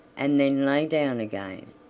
and then lay down again.